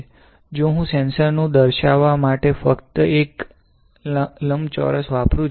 જો હું સેન્સર નું દર્શાવા માટે ફક્ત એક લંબચોરસ વાપરુ છુ